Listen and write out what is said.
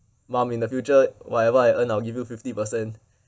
mom in the future whatever I earn I will give you fifty percent